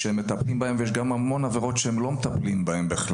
אבל יש גם המון עבירות שהיא בכלל לא מטפלת בהן,